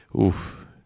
oof